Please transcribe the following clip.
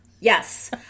Yes